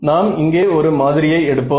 நாம் இங்கே ஒரு மாதிரியை எடுப்போம்